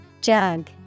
Jug